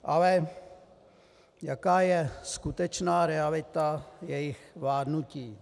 Ale jaká je skutečná realita jejich vládnutí?